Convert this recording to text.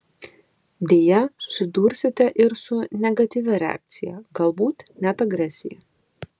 deja susidursite ir su negatyvia reakcija galbūt net agresija